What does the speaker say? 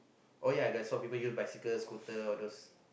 oh ya I saw people use bicycles scooter all those